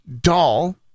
doll